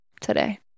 today